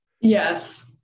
Yes